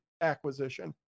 acquisition